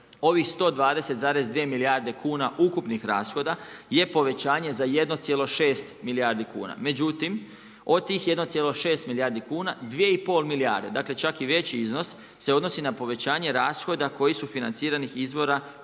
ovih 120,2 milijarde kuna ukupnih rashoda je povećanje za 1,6 milijardi kuna. Međutim od tih 1,6 milijardi kuna 2,5 milijarde čak i veći iznos se odnosi na povećanje rashoda koji su iz financiranih izvora